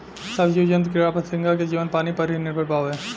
सब जीव जंतु कीड़ा फतिंगा के जीवन पानी पर ही निर्भर बावे